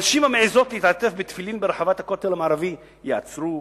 נשים המעזות להתעטף בתפילין ברחבת הכותל המערבי ייעצרו.